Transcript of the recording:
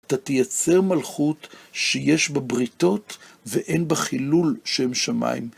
אתה תייצר מלכות שיש בה בריתות ואין בה חילול שם שמים.